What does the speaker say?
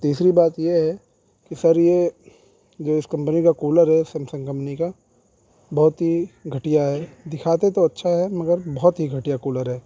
تیسری بات یہ ہے کہ سر یہ جو اس کمپنی کا کولر ہے سیمسنگ کمپنی کا بہت ہی گھٹیا ہے دکھاتے تو اچھا ہے مگر بہت ہی گھٹیا کولر ہے